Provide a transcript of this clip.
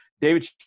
David